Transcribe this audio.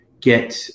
get